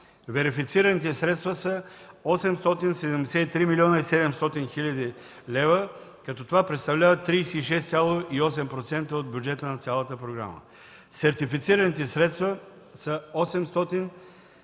Верифицираните средства са 873 млн. 700 хил. лв., като това представлява 36,8% от бюджета на цялата програма. Сертифицираните средства са 816 млн. 300 хил. лв.,